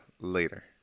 later